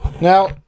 Now